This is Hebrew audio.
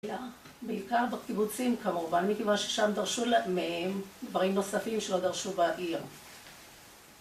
בעיקר בקיבוצים כמובן, מכיוון ששם דרשו מהם דברים נוספים שלא דרשו בעיר